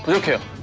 but ok.